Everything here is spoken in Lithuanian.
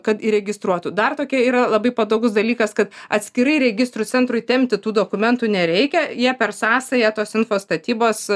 kad įregistruotų dar tokia yra labai patogus dalykas kad atskirai registrų centrui tempti tų dokumentų nereikia jie per sąsają tos info statybos